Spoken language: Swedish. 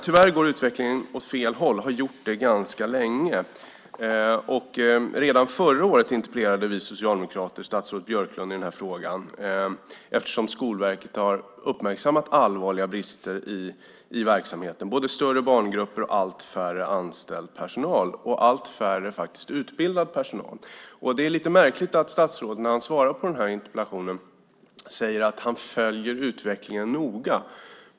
Tyvärr går utvecklingen åt fel håll och har gjort det ganska länge. Redan förra året interpellerade vi socialdemokrater statsrådet Björklund i frågan eftersom Skolverket har uppmärksammat allvarliga brister i verksamheten - både större barngrupper och allt färre anställd personal, dessutom allt färre utbildad personal. Det är lite märkligt att statsrådet i sitt svar på interpellationen säger att han noga följer utvecklingen.